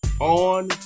on